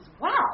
wow